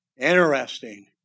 interesting